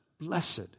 Blessed